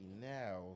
now